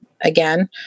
again